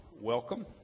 welcome